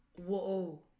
Whoa